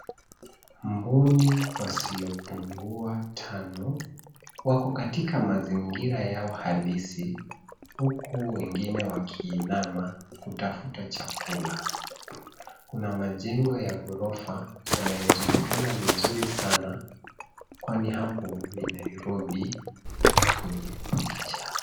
Mbuni wasiopungua tano wako katika mazingira yao halisi huku wengine wakiinama kutafuta chakula. Kuna majengo ya ghorofa yanayojulikana vizuri sana kwani hapo ni nairobi kwenye picha.